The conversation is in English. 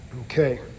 Okay